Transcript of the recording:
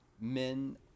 men